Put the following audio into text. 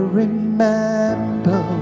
remember